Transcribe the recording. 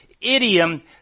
idiom